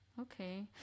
Okay